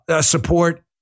support